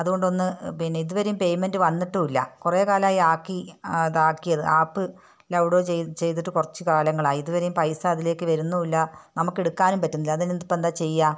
അത്കൊണ്ടൊന്ന് പിന്നെ ഇതുവരെയും പേയ്മെന്റ് വന്നിട്ടുവില്ല കുറെ കാലമായി ആക്കി അതാക്കിയത് ആപ്പ് ഡൗൺലോഡ് ചെയ്തിട്ട് കുറച്ച് കാലങ്ങളായി ഇത് വരേയും പൈസ അതിലേക്ക് വരുന്നും ഇല്ല നമുക്ക് എടുക്കാനും പറ്റുന്നില്ല അതിനെന്ത് ഇപ്പം എന്താ ചെയ്യുക